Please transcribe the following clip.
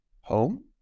home